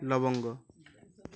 লবঙ্গ